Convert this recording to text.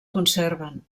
conserven